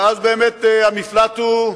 ואז באמת המפלט הוא לגונדולות.